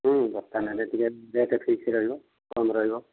ହୁଁ ବସ୍ତା ନେଲେ ଟିକିଏ ରେଟ୍ ଫିକ୍ସ ରହିବ କମ୍ ରହିବ